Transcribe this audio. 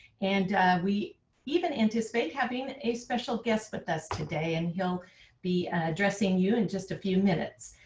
and we even anticipate having a special guest with us today and he'll be addressing you in just a few minutes,